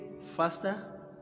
faster